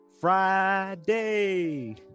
Friday